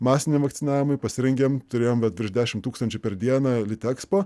masiniam vakcinavimui pasirengėm turėjom bet virš dešimt tūkstančių per dieną litexpo